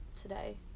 today